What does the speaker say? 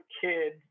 kid